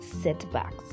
setbacks